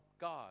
God